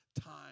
time